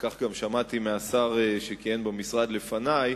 וכך גם שמעתי מהשר שכיהן במשרד לפני,